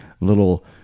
little